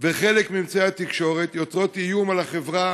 וחלק מאמצעי התקשורת יוצרת איום על החברה,